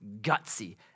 gutsy